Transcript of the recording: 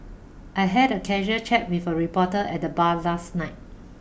I had a casual chat with a reporter at the bar last night